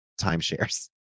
timeshares